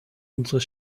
unsere